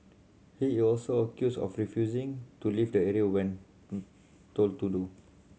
he is also accused of refusing to leave the area when told to do